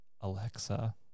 Alexa